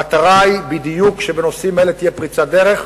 המטרה היא בדיוק שבנושאים אלה תהיה פריצת דרך,